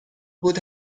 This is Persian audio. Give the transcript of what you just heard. بود